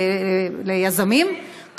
ליזמים,